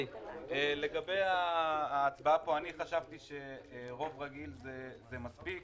לגבי ההצבעה פה, אני חשבתי שרוב רגיל זה מספיק,